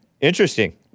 Interesting